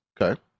Okay